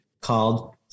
called